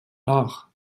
nach